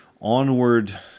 onward